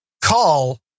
call